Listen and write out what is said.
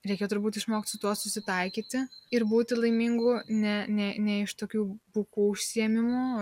reikia turbūt išmokt su tuo susitaikyti ir būti laimingu ne ne ne iš tokių bukų užsiėmimų